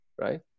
Right